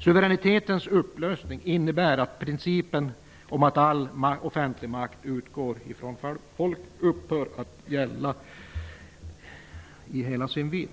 Suveränitetens upplösning innebär att principen om att all offentlig makt utgår från folket upphör att gälla i hela sin vidd.